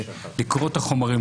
לקרוא את החומרים,